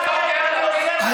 אם אני עושה לך מבחן, אתה נכשל.